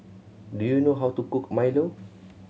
do you know how to cook milo